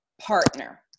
partner